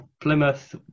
Plymouth